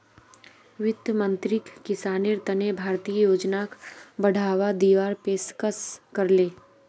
वित्त मंत्रीक किसानेर तने भारतीय योजनाक बढ़ावा दीवार पेशकस करले